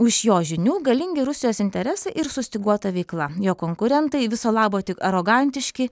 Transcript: už jo žinių galingi rusijos interesai ir sustyguota veikla jo konkurentai viso labo tik arogantiški